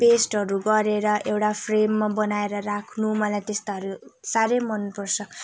पेस्टहरू गरेर एउटा फ्रेममा बनाएर राख्नु मलाई त्यस्ताहरू साह्रै मनपर्छ